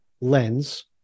lens